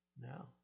No